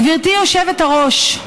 גברתי היושבת-ראש,